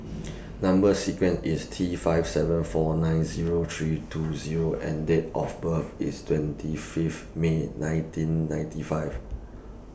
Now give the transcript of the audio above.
Number sequence IS T five seven four nine Zero three two Zero and Date of birth IS twenty Fifth May nineteen ninety five